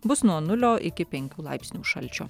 bus nuo nulio iki penkių laipsnių šalčio